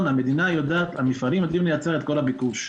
המפעלים יודעים לייצר את כל הביקוש.